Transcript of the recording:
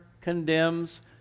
condemns